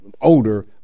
older